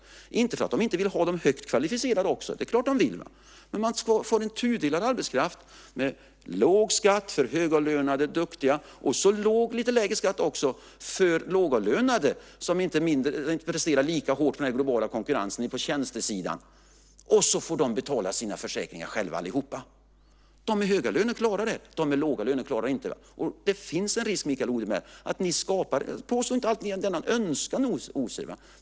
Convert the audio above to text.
Det är inte så att man inte vill ha de högt kvalificerade också - det är klart att man vill - men man får en tudelad arbetskraft med låg skatt för högavlönade, duktiga, och så lite lägre skatt också för lågavlönade, som inte presterar lika hårt när det gäller den globala konkurrensen på tjänstesidan. Och så får de betala sina försäkringar själva allihopa. De med höga löner klarar det - de med låga löner klarar det inte. Det finns en risk, Mikael Odenberg, att ni skapar detta. Jag påstår inte att ni har denna önskan hos er.